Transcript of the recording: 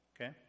okay